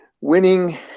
winning